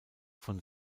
von